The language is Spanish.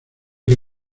que